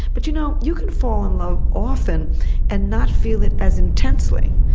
but you know you can fall in love often and not feel it as intensely.